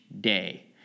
day